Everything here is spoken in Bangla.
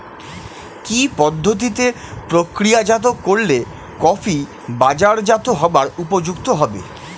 কি পদ্ধতিতে প্রক্রিয়াজাত করলে কফি বাজারজাত হবার উপযুক্ত হবে?